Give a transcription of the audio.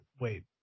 Wait